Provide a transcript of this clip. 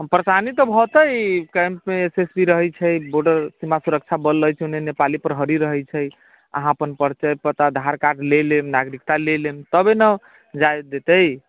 परेशानी तऽ होतै कैम्पमे एस एस बी रहैत छै बॉर्डर सीमा सुरक्षा बल रहैत छै उन्ने नेपाली प्रहरी रहैत छै अहाँ अपन परिचय पता आधार कार्ड ले लेम नागरिकता ले लेम तबे ने जाइ देतै